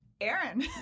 Aaron